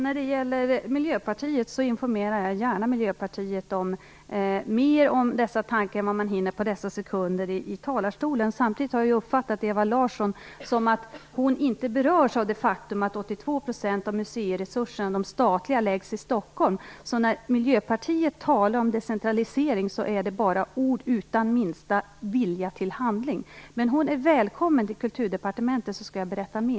Fru talman! Jag informerar gärna Miljöpartiet mer om dessa tankar än vad jag hinner göra på några sekunder från denna talarstol. Jag har samtidigt uppfattat att Ewa Larsson inte berörs av det faktum att 82 % av de statliga museiresurserna är förlagda till Stockholm. När Miljöpartiet talar om decentralisering är det alltså bara ord utan minsta vilja till handling. Men Ewa Larsson är välkommen till Kulturdepartementet, så skall jag berätta mer.